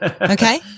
Okay